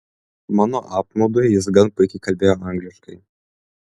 mano apmaudui jis gan puikiai kalbėjo angliškai